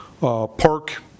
Park